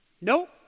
nope